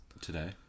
today